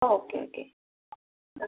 okay okay